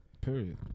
Period